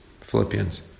Philippians